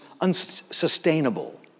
unsustainable